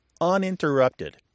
uninterrupted